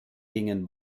gingen